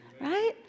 right